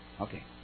Okay